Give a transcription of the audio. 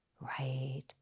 right